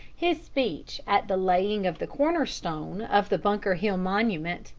his speech at the laying of the corner-stone of the bunker hill monument,